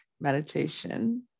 meditation